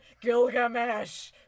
Gilgamesh